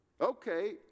okay